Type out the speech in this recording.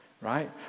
right